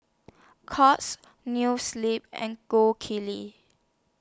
Courts New Sleep and Gold Kili